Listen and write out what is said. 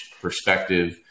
perspective